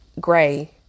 Gray